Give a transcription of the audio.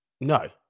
No